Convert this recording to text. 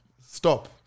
Stop